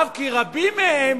אף כי רבים מהם